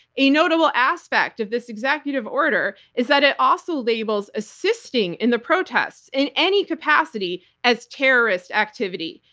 a notable aspect of this executive order is that it also labels assisting in the protests in any capacity as terrorist activity,